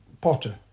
Potter